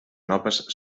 noves